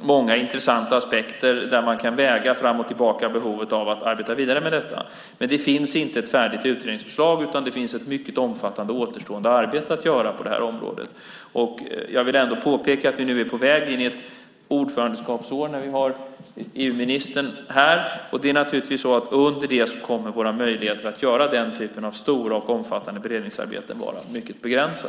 många intressanta aspekter där man kan väga fram och tillbaka behovet av att arbeta vidare med detta. Men det finns inte ett färdigt utredningsförslag utan det finns ett mycket omfattande återstående arbete att göra på området. Jag vill ändå påpeka att vi är på väg in i ett ordförandeskapsår - vi har EU-ministern här. Under det året kommer våra möjligheter att göra den typen av stora och omfattande beredningsarbeten att vara mycket begränsade.